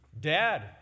Dad